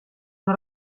una